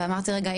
ואמרתי רגע,